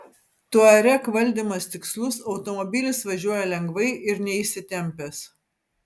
touareg valdymas tikslus automobilis važiuoja lengvai ir neįsitempęs